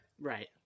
Right